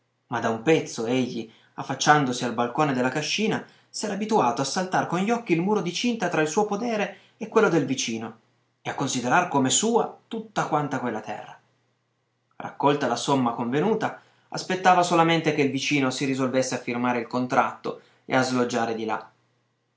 ma da un pezzo egli affacciandosi al balcone della cascina s'era abituato a saltar con gli occhi il muro di cinta tra il suo podere e quello del vicino e a considerar come sua tutta quanta quella terra raccolta la somma convenuta aspettava solamente che il vicino si risolvesse a firmare il contratto e a sloggiare di là